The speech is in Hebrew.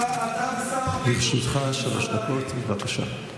אתה והשר, לרשותך שלוש דקות, בבקשה.